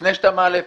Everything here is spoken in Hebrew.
לפני שאתה מעלה פה,